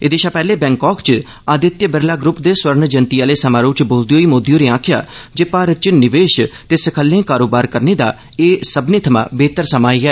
एह्दे शा पैहले बैंकाक च आदित्य बिरला ग्रुप दे स्वर्ण जयंति आह्ले समारोह च बोलदे होई मोदी होरें आक्खेआ जे भारत च निवेश ते सखालें कारोबार करने दा एह सब्मनें थमां बेहतर समां ऐ